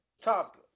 top